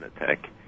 attack